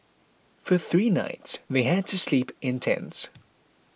for three nights they had to sleep in tents